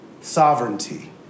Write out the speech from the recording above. Sovereignty